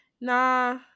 nah